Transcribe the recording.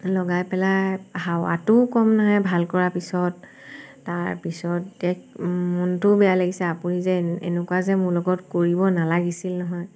লগাই পেলাই হাৱাটোও কম নাহে ভাল কৰা পিছত তাৰপিছত মনটো বেয়া লাগিছে আপুনি যে এনেকুৱা যে মোৰ লগত কৰিব নালাগিছিল নহয়